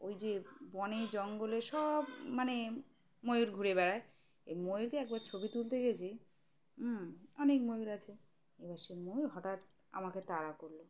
ওই যে বনে জঙ্গলে সব মানে ময়ূর ঘুরে বেড়ায় এই ময়ূরকে একবার ছবি তুলতে গেছি হম অনেক ময়ূর আছে এবার সে ময়ূর হঠাৎ আমাকে তাড়া করলো